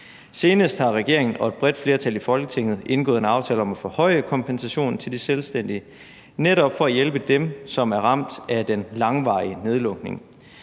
Senest har regeringen og et bredt flertal i Folketinget indgået en aftale om at forhøje kompensationen til de selvstændige, netop for at hjælpe dem, som er ramt af den langvarige nedlukning.